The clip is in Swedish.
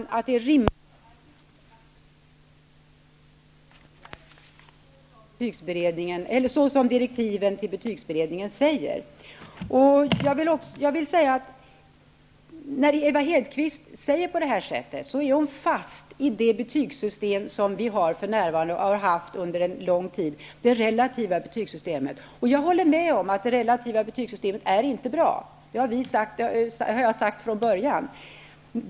Herr talman! Utskottet har sagt att det är rimligt att se över betygen i enlighet med direktiven till betygsberedningen. Ewa Hedkvist Petersens uttalande visar att hon är fast i det betygssystem som finns för närvarande och som har funnits under en lång tid, dvs. det relativa betygssystemet. Jag håller med om att det relativa betygssystemet inte är bra. Det har jag sagt ända från början.